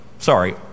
sorry